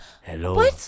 hello